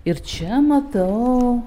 ir čia matau